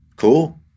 Cool